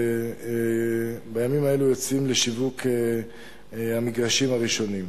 ובימים האלה יוצאים לשיווק המגרשים הראשונים.